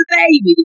baby